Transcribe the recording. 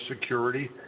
security